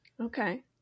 Okay